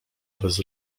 bez